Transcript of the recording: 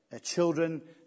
children